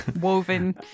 Woven